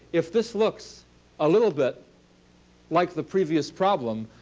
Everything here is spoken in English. if this looks a little bit like the previous problem,